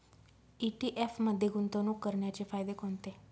ETF मध्ये गुंतवणूक करण्याचे फायदे कोणते?